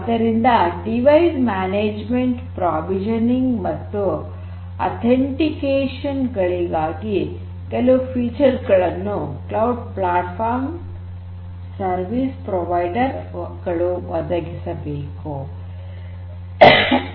ಆದ್ದರಿಂದ ಸಾಧನ ನಿರ್ವಹಣೆ ಪ್ರಾವಿಷನಿಂಗ್ ಮತ್ತು ಆತೇನ್ಟಿಕೇಶನ್ ಗಳಿಗಾಗಿ ಕೆಲವು ವೈಶಿಷ್ಟ್ಯಗಳನ್ನು ಕ್ಲೌಡ್ ಪ್ಲಾಟ್ಫಾರ್ಮ್ ಸರ್ವಿಸ್ ಪ್ರೊವೈಡರ್ ಗಳನ್ನು ಒದಗಿಸಲಾಗಿದೆ